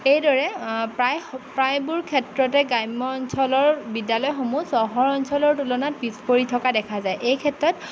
এইদৰে প্ৰায় প্ৰায়বোৰ ক্ষেত্ৰতে গ্ৰাম্য অঞ্চলৰ বিদ্যালয়সমূহ চহৰ অঞ্চলৰ তুলনাত পিছপৰি থকা দেখা যায় এই ক্ষেত্ৰত